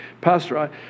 Pastor